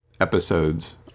episodes